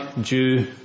due